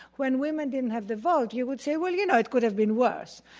when women didn't have the vote, you would say, well, you know, it could have been worse.